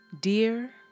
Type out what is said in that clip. Dear